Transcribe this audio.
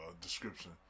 description